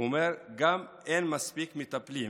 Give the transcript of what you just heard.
הוא אומר שגם אין מספיק מטפלים